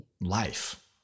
life